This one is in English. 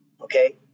okay